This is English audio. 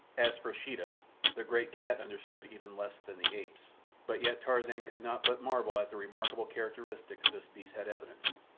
as for sheeta the great cat understood even less than the apes but yet tarzan could not but marvel at the remarkable characteristics this beast had evidenced.